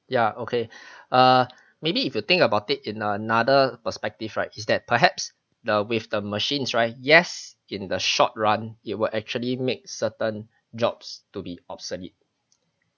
ya okay err maybe if you think about it in another perspective right is that perhaps the with the machines right yes in the short run it will actually make certain jobs to be obsolete